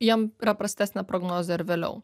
jiem yra prastesnė prognozė ir vėliau